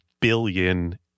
billion